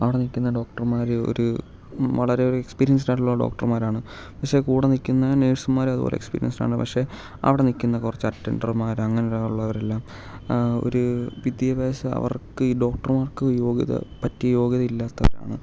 അവിടെ നിൽക്കുന്ന ഡോക്ടർമാർ ഒരു വളരെ ഒരു എക്സ്പീരിയൻസ്ഡ് ആയിട്ടുള്ള ഡോക്ടർമാരാണ് പക്ഷേ കൂടെ നിൽക്കുന്ന നഴ്സുമ്മാരും അതുപോലെ എക്സ്പീരിയൻസ്ഡാണ് പക്ഷേ അവിടെ നിൽക്കുന്ന കുറച്ച് അറ്റൻഡർമാർ അങ്ങനെ ഉള്ളവരെല്ലാം ഒരു വിദ്യാഭ്യാസ അവർക്ക് ഈ ഡോക്ടർമാർക്ക് യോഗ്യത പറ്റിയ യോഗ്യത ഇല്ലാത്തവരാണ്